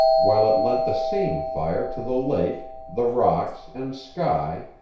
while it lent the same fire to the lake, the rocks, and sky,